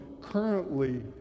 currently